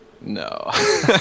No